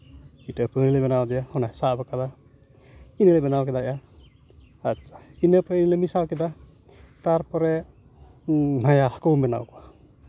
ᱢᱤᱫᱴᱮᱱ ᱟᱹᱯᱟᱹᱲᱤᱞᱮ ᱵᱮᱱᱟᱣ ᱟᱫᱮᱭᱟ ᱚᱱᱟᱭ ᱥᱟᱵ ᱠᱟᱫᱟ ᱤᱱᱟᱹ ᱵᱮᱱᱟᱣ ᱠᱮᱫᱟᱞᱮ ᱟᱪᱪᱷᱟ ᱤᱱᱟᱹ ᱢᱮᱥᱟᱣ ᱠᱮᱫᱟ ᱛᱟᱨᱯᱚᱨᱮ ᱦᱟᱹᱠᱩ ᱵᱚᱱ ᱵᱮᱱᱟᱣ ᱠᱚᱣᱟ